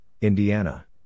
Indiana